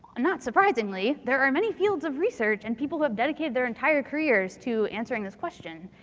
not surprisingly, there are many fields of research and people have dedicated their entire careers to answering this question.